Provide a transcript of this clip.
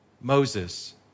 Moses